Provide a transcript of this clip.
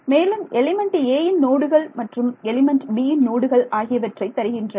மேலும் element 'a' யின் நோடுகள் மற்றும் எலிமெண்ட் 'b'யின் நோடுகள் ஆகியவற்றை தருகின்றன